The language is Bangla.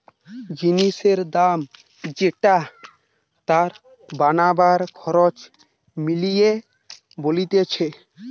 জিনিসের দাম যেটা তার বানাবার খরচ মিলিয়ে বলতিছে